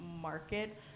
market